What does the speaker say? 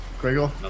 Gregor